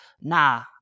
nah